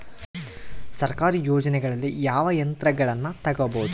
ಸರ್ಕಾರಿ ಯೋಜನೆಗಳಲ್ಲಿ ಯಾವ ಯಂತ್ರಗಳನ್ನ ತಗಬಹುದು?